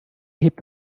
hebt